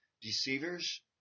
deceivers